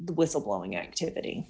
whistle blowing activity